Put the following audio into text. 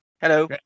hello